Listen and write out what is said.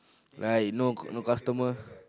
like no no customer